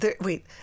Wait